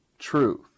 truth